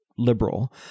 Liberal